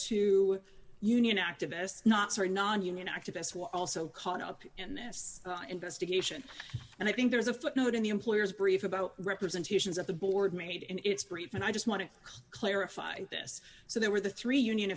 two union activists not sorry non union activists were also caught up in this investigation and i think there is a footnote in the employer's brief about representations of the board made in its brief and i just want to clarify this so there were the three union